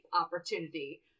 opportunity